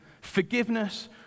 forgiveness